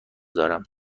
دارم